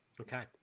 Okay